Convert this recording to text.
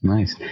Nice